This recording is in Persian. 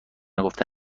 نگفته